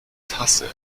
tasse